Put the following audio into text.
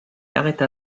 arrêta